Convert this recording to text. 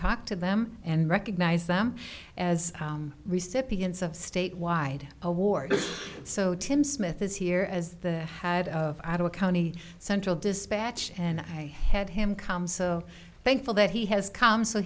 talk to them and recognize them as recep ians of state wide award so tim smith is here as the head of i do a county central dispatch and i had him come so thankful that he has come so